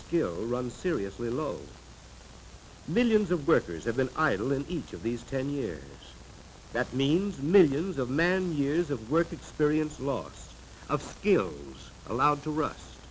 skill run seriously low millions of workers have been idle in each of these ten years that means millions of man years of work experience a lot of films allowed to rus